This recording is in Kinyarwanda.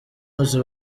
bose